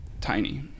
tiny